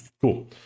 Cool